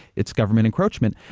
it's government encroachment.